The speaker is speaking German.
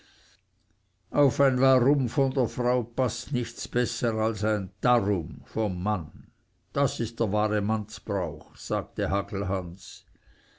auf ein warum von der frau paßt nichts besser als ein darum vom mann das ist der wahre mannsbrauch sagte